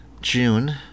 June